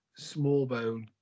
Smallbone